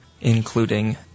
including